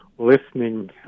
listening